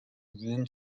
room